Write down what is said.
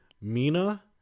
Mina